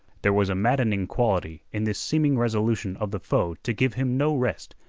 there was a maddening quality in this seeming resolution of the foe to give him no rest,